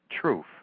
truth